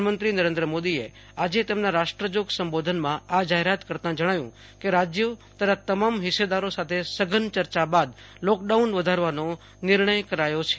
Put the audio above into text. પ્રધાનમંત્રી નરેન્દ્ર મોદીએ આજે તેમના રાષ્ટ્રજોગ સંબોધનમાં આ જાહેરાત કરતાં જણાવ્યું કે રાજયો તથા તમામ હિસ્સેદારો સાથે સઘન ચર્ચા બાદ લોકડાઉન વધારવાનો નિર્ણય કરાયો છે